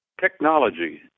technology